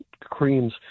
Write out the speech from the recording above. creams